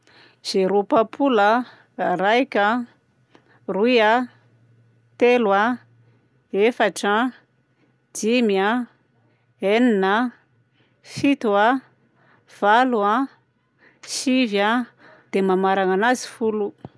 Zéro papola a, raika a, roy a, telo a, efatra a, dimy a, enina a, fito a, valo a, sivy a, dia mamarana anazy folo.